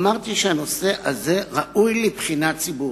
אמרתי שהנושא הזה ראוי לבחינה ציבורית.